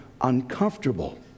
uncomfortable